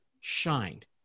shined